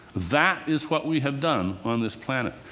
that is what we have done on this planet.